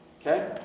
Okay